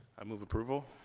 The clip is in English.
i move approval.